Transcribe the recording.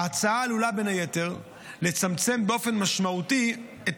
ההצעה עלולה בין היתר לצמצם באופן משמעותי את